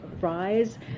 rise